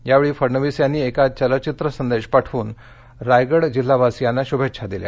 यावेळी फडणवीस यांनी एका चलचित्र संदेश पाठवून रायगड जिल्हावासियांना श्भेच्छा दिल्या